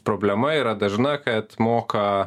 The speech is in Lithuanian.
problema yra dažna kad moka